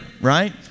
right